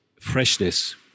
freshness